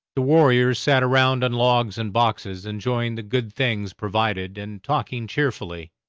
the warriors sat around on logs and boxes enjoying the good things provided and talking cheerfully,